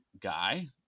guy